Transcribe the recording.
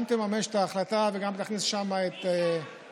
גם תממש את ההחלטה וגם תכניס שם את ניסיון,